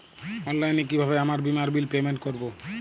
অনলাইনে কিভাবে আমার বীমার বিল পেমেন্ট করবো?